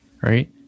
Right